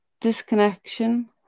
disconnection